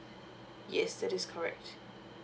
yes that is correct